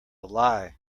lie